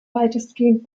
weitestgehend